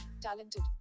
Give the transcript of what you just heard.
talented